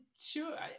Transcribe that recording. sure